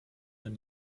man